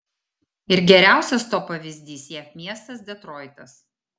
ir geriausias to pavyzdys jav miestas detroitas